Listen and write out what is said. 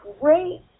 great